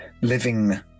living